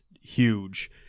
huge